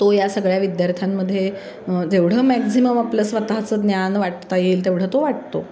तो या सगळ्या विद्यार्थ्यांमध्ये जेवढं मॅक्झिमम आपलं स्वतःचं ज्ञान वाटता येईल तेवढं तो वाटतो